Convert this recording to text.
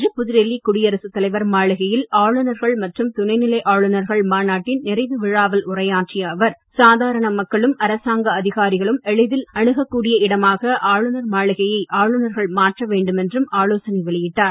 இன்று புதுடெல்லி குடியரசுத் தலைவர் மாளிகையில் ஆளுநர்கள் மற்றும் துணைநிலை ஆளுநர்கள் மாநாட்டின் நிறைவு விழாவில் உரையாற்றிய அவர் சாதாரண மக்களும் அரசாங்க அதிகாரிகளும் எளிதில் அணுகக் கூடிய இடமாக ஆளுநர் மாளிகையை ஆளுநர்கள் மாற்ற வேண்டும் என்றும் ஆலோசனை வெளியிட்டார்